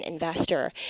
investor